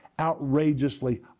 outrageously